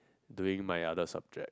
doing my other subject